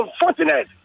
unfortunate